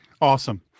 Awesome